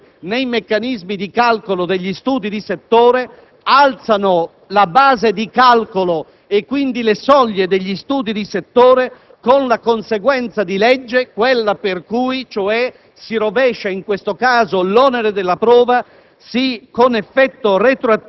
vengono incorporati nei meccanismi di calcolo degli studi di settore, alzano la base di calcolo e quindi le soglie degli studi di settore, con la conseguenza di legge per cui si rovescia l'onere della prova